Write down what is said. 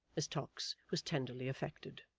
miss tox was tenderly affected.